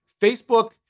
Facebook